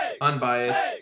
Unbiased